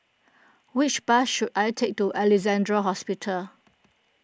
which bus should I take to Alexandra Hospital